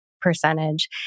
percentage